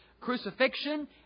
crucifixion